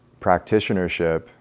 practitionership